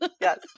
Yes